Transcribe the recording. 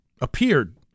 appeared